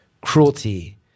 cruelty